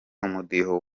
umudiho